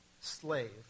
slave